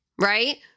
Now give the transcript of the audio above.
right